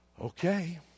Okay